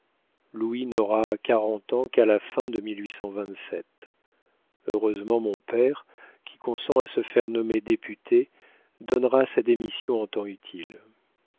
louis n'aura quarante ans qu'à la fin de eureusement mon père qui consent à se faire nommer député donnera sa démission en temps utile